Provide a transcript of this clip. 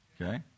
Okay